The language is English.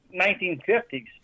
1950s